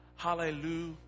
Hallelujah